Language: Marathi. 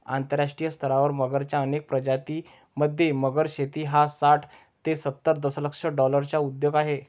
आंतरराष्ट्रीय स्तरावर मगरच्या अनेक प्रजातीं मध्ये, मगर शेती हा साठ ते सत्तर दशलक्ष डॉलर्सचा उद्योग आहे